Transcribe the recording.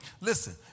Listen